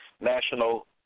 National